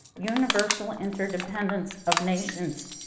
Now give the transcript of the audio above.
universal interdependence of nations.